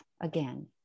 again